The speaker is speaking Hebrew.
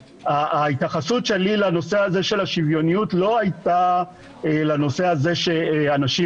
ההתייחסות שלי לנושא הזה של השוויוניות לא הייתה לנושא הזה שאנשים